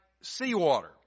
seawater